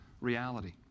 reality